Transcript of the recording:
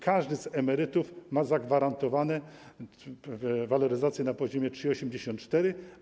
Każdy z emerytów ma zagwarantowaną waloryzację na poziomie 3,84.